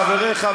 חבריך,